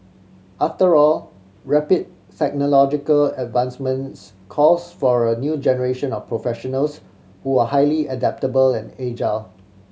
after all rapid technological advancements calls for a new generation of professionals who are highly adaptable and agile